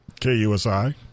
KUSI